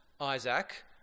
Isaac